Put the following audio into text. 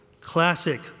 Classic